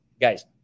guys